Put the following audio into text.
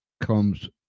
comes